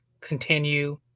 continue